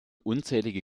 unzählige